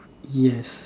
yes